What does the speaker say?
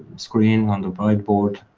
screen, on the white board,